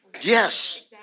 Yes